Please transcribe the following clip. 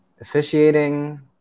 officiating